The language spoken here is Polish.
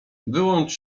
wyłącz